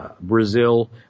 Brazil